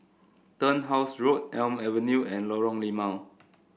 Turnhouse Road Elm Avenue and Lorong Limau